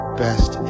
best